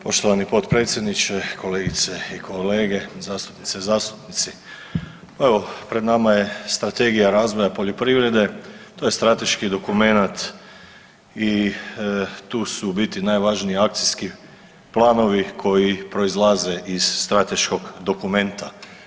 Poštovani potpredsjedniče, kolegice i kolege, zastupnice i zastupnici, pa evo pred nama je Strategija razvoja poljoprivrede to je strateški dokumenat i tu su u biti najvažniji akcijski planovi koji proizlaze iz strateškog dokumenta.